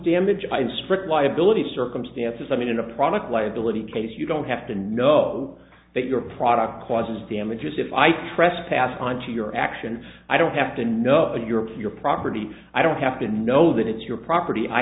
damage in strict liability circumstances i mean in a product liability case you don't have to know that your product causes damages if i trespass onto your actions i don't have to know in europe your property i don't have to know that it's your property i